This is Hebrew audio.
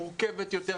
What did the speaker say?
מורכבת יותר,